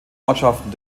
ortschaften